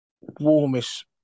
warmest